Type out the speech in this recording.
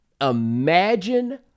Imagine